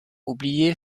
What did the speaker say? oublié